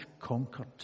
conquered